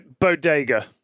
bodega